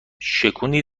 شکوندی